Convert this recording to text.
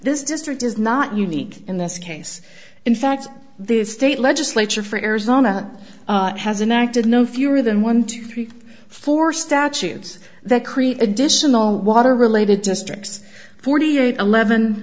this district is not unique in this case in fact the state legislature for arizona has an act of no fewer than one two three four statutes that create additional water related districts forty eight eleven